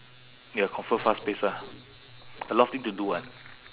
ya confirm fast-paced ah a lot of thing to do [what]